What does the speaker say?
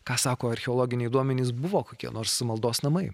ką sako archeologiniai duomenys buvo kokie nors maldos namai